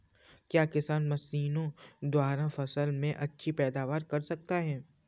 क्या किसान मशीनों द्वारा फसल में अच्छी पैदावार कर सकता है?